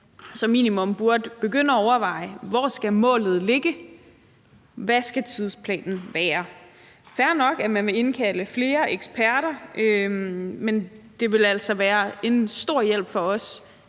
minimum burde begynde at overveje, hvor målet skal ligge, og hvad tidsplanen skal være. Det er fair nok, at man vil indkalde flere eksperter, men det vil altså være en stor hjælp for os